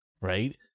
right